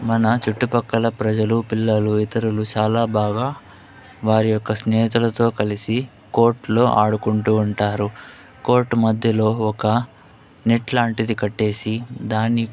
మన చుట్టుపక్కల ప్రజలు పిల్లలు ఇతరులు చాలా బాగా వారి యొక్క స్నేహితులతో కలిసి కోర్ట్ లో ఆడుకుంటూ ఉంటారు కోర్టు మధ్యలో ఒక నెట్ లాంటిది కట్టేసి దాన్ని